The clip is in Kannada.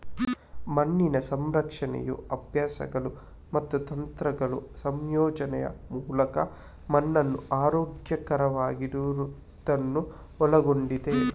ಮಣ್ಣಿನ ಸಂರಕ್ಷಣೆಯು ಅಭ್ಯಾಸಗಳು ಮತ್ತು ತಂತ್ರಗಳ ಸಂಯೋಜನೆಯ ಮೂಲಕ ಮಣ್ಣನ್ನು ಆರೋಗ್ಯಕರವಾಗಿಡುವುದನ್ನು ಒಳಗೊಂಡಿದೆ